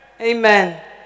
Amen